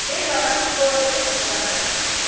दे होनबा बारस' बुरस' आरो फनसासखौ बारायना होबावदो